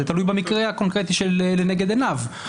זה תלוי במקרה הקונקרטי שלנגד עיניו.